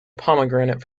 pomegranate